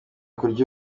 kurya